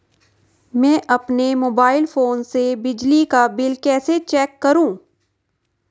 मैं अपने mobile phone से बिजली का बिल कैसे चेक करूं?